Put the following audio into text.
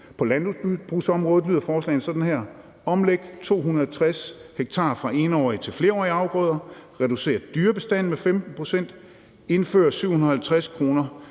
På landbrugsområdet lyder forslagene sådan her: Omlæg 250 ha fra 1-årige til flerårige afgrøder; reducer dyrebestanden med 15 pct.; indfør en